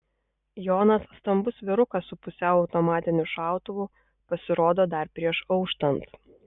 jonas stambus vyrukas su pusiau automatiniu šautuvu pasirodo dar prieš auštant